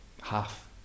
half